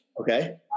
Okay